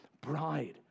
bride